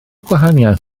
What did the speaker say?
gwahaniaeth